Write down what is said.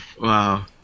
Wow